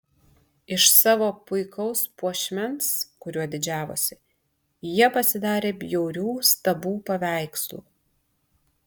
iš savo puikaus puošmens kuriuo didžiavosi jie pasidarė bjaurių stabų paveikslų